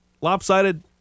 lopsided